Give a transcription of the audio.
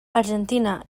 argentina